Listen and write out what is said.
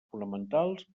fonamentals